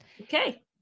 Okay